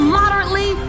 moderately